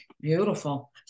Beautiful